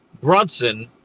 Brunson